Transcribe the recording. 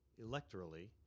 electorally